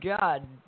God